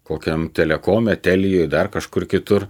kokiam telekome telijoj dar kažkur kitur